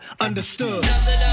understood